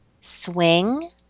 swing